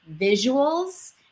visuals